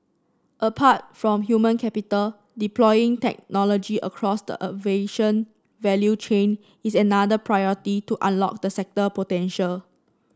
apart from human capital deploying technology across the aviation value chain is another priority to unlock the sector potential